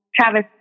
Travis